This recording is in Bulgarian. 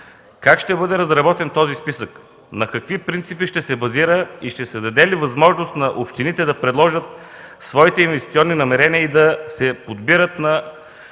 Как ще бъде разработен този списък, на какви принципи ще се базира и ще се даде ли възможност на общините да предложат своите инвестиционни намерения и да се подбират на